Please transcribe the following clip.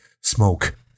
Smoke